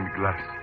glass